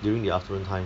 during the afternoon time